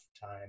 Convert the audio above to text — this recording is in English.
time